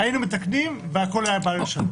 היינו מתקנים והכול היה בא על מקומו בשלום.